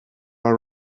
are